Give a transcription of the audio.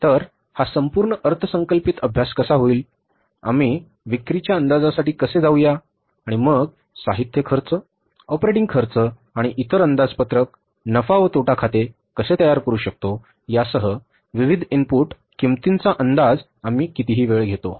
तर हा संपूर्ण अर्थसंकल्पित अभ्यास कसा होईल आम्ही विक्रीच्या अंदाजासाठी कसे जाऊया आणि मग साहित्य खर्च ऑपरेटिंग खर्च आणि इतर अंदाजपत्रक नफा व तोटा खाते कसे तयार करू शकतो यासह विविध इनपुट किंमतीचा अंदाज आम्ही कितीही वेळ घेतो